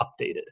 updated